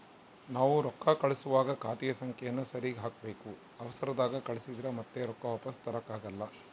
ನಾವು ರೊಕ್ಕ ಕಳುಸುವಾಗ ಖಾತೆಯ ಸಂಖ್ಯೆಯನ್ನ ಸರಿಗಿ ಹಾಕಬೇಕು, ಅವರ್ಸದಾಗ ಕಳಿಸಿದ್ರ ಮತ್ತೆ ರೊಕ್ಕ ವಾಪಸ್ಸು ತರಕಾಗಲ್ಲ